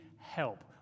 help